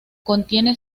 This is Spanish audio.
contiene